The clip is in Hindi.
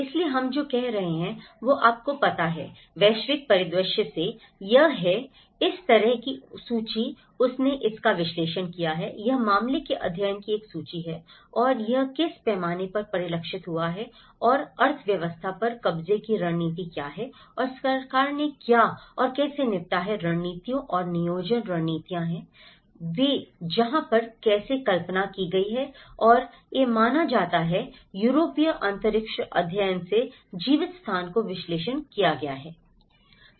इसलिए हम जो कह सकते हैं वह आपको पता है वैश्विक परिदृश्य से यह है इस तरह की सूची उसने इसका विश्लेषण किया है यह मामले के अध्ययन की एक सूची है और यह किस पैमाने पर परिलक्षित हुआ है और अर्थव्यवस्था पर कब्जे की रणनीति क्या है और सरकार ने क्या और कैसे निपटा है रणनीतियाँ और नियोजन रणनीतियाँ वह हैं जहाँ पर कैसे कल्पना की गई है और ए माना जाता है यूरोपीय अंतरिक्ष अध्ययन से जीवित स्थान का विश्लेषण किया गया है